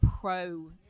pro